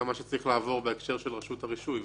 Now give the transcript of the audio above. מה שצריך לעבור בהקשר של רשות הרישוי.